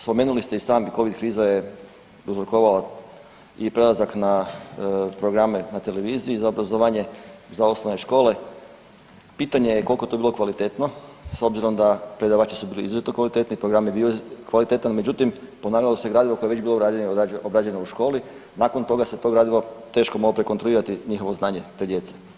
Spomenuli ste i sami Covid kriza je prouzrokovala i prelazak na programe na televiziji za obrazovanje za osnovne škole, pitanje je koliko je to bilo kvalitetno s obzirom da predavači su bili izuzetno kvalitetni, program je bio kvalitetan, međutim ponavljalo se gradivo koje je već bilo obrađeno u školi, nakon toga se to gradivo teško moglo prekontrolirati njihovo znanje te djece.